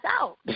out